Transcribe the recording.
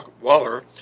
Waller